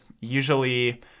usually